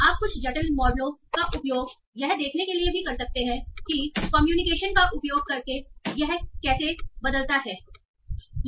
आप कुछ जटिल मॉडलों का उपयोग यह देखने के लिए भी कर सकते हैं कि कम्युनिकेशन का उपयोग करके यह कैसे बदलता है इत्यादि